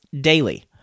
daily